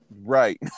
Right